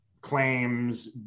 claims